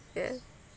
yeah